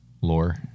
Lore